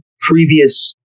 previous